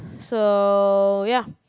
so ya